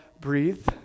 breathe